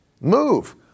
move